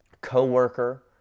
co-worker